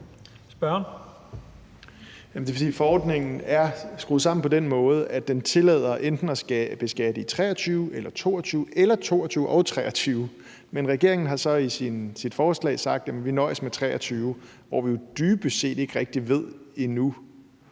(EL): Forordningen er skruet sammen på den måde, at den tillader enten at beskatte i 2023 eller 2022 eller 2022 og 2023. Men regeringen har så i sit forslag sagt: Vi nøjes med 2023. Men dybest set ved vi ikke rigtig endnu,